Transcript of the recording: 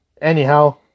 Anyhow